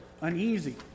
uneasy